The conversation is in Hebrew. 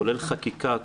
כולל חקיקה,